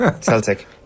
celtic